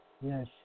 yes